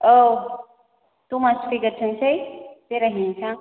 औ दमासि फैग्रोथोंसै बेराय हैनोसै आं